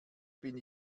bin